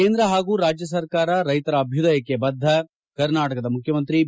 ಕೇಂದ್ರ ಹಾಗೂ ರಾಜ್ಯ ಸರ್ಕಾರ ರೈತರ ಅಭ್ಯದಯಕ್ಕೆ ಬದ್ದ ಕರ್ನಾಟಕದ ಮುಖ್ಯಮಂತ್ರಿ ಬಿ